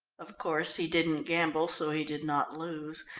of course he didn't gamble, so he did not lose.